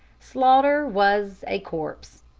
sloughter was a corpse.